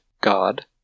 God